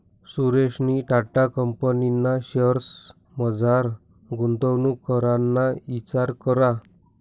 सुरेशनी टाटा कंपनीना शेअर्समझार गुंतवणूक कराना इचार करा